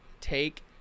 take